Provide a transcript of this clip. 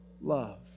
love